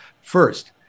First